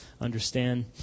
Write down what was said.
understand